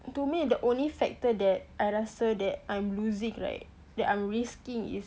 to me the only factor that I rasa that I'm losing right that I'm risking is